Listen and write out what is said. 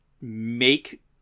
make